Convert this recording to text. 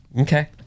Okay